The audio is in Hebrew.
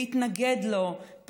להתנגד לו,